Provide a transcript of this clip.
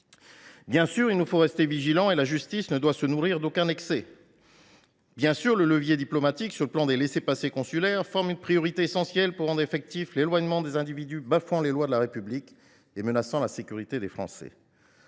Bien sûr, nous devons rester vigilants. La justice ne doit se nourrir d’aucun excès. Bien sûr, le levier diplomatique, avec la délivrance des laissez passer consulaires, reste une priorité essentielle pour rendre effectif l’éloignement des individus bafouant les lois de la République et menaçant la sécurité des Français.